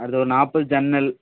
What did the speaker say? அடுத்து ஒரு நாற்பது ஜன்னல்